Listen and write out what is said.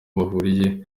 bahuriye